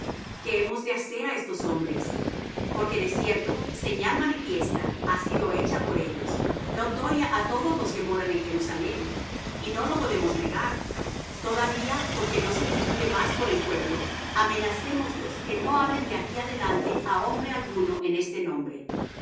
qué hemos de hacer á estos hombres porque de cierto señal manifiesta ha sido hecha por ellos notoria á todos los que moran en jerusalem y no lo podemos negar todavía porque no se divulgue más por el pueblo amenacémoslos que no hablen de aquí adelante á hombre alguno en este nombre